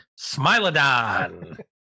Smilodon